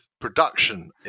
production